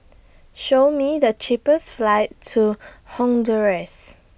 Show Me The cheapest flights to Honduras